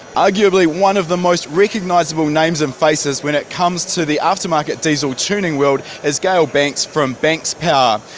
arguably one of the most recognisable names and faces when it comes to the aftermarket diesel tuning world is gale banks from banks power.